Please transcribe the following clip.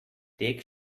take